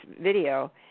video